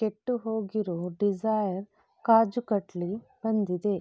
ಕೆಟ್ಟು ಹೋಗಿರೋ ಡಿಸೈರ್ ಕಾಜು ಕಟ್ಲಿ ಬಂದಿದೆ